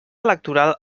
electoral